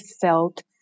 felt